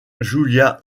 julia